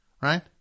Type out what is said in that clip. Right